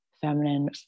feminine